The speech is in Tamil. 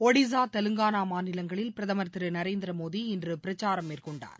ஒடிசா தெலுங்கானா மாநிலங்களில் பிரதமர் திரு நரேந்திர மோடி பிரச்சாரம் மேற்கொண்டார்